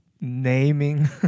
naming